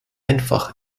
einfach